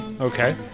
Okay